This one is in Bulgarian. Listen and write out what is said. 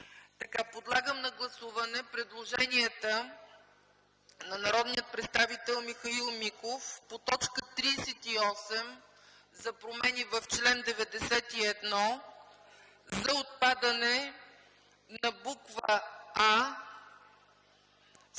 Подлагам на гласуване предложенията на народния представител Михаил Миков по т. 38 за промени в чл. 91, за отпадане на буква „а”